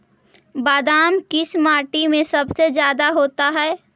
बादाम किस माटी में सबसे ज्यादा होता है?